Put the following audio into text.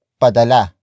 padala